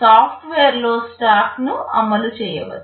సాఫ్ట్వేర్లో స్టాక్ను అమలు చేయవచ్చు